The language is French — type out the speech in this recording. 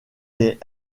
est